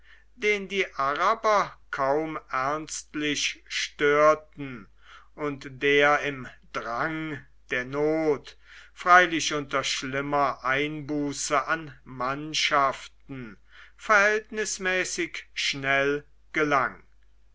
den die araber kaum ernstlich störten und der im drang der not freilich unter schlimmer einbuße an mannschaften verhältnismäßig schnell gelang